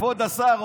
כבוד השר,